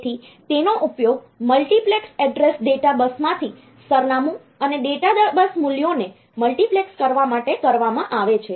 તેથી આનો ઉપયોગ મલ્ટિપ્લેક્સ એડ્રેસ ડેટા બસમાંથી સરનામું અને ડેટા બસ મૂલ્યોને મલ્ટીપ્લેક્સ કરવા માટે કરવામાં આવશે